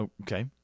Okay